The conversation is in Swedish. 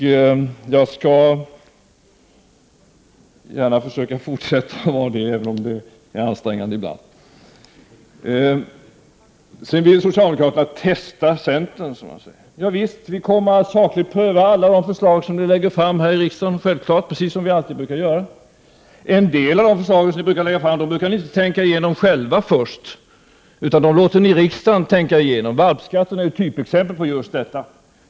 Jag skall gärna försöka fortsätta att vara glad även om det är ansträngande ibland. Socialdemokraterna vill testa centern, som de säger. Javisst, vi kommer självfallet att sakligt pröva alla förslag som ni lägger fram här i riksdagen, precis som vi alltid brukar göra. En del av de förslag som ni lägger fram tänker ni inte igenom själva först, utan ni låter riksdagen tänka igenom dem. Valpskatten är ju ett typexempel på just detta.